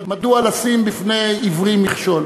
מדוע לשים בפני עיוורים מכשול?